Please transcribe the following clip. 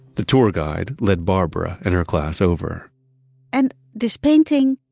the tour guide led barbara and her class over and this painting,